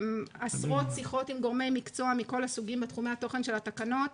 עשרות שיחות עם גורמי מקצוע מכל הסוגים בתחומי התוכן של התקנות,